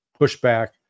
pushback